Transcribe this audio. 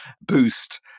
boost